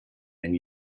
and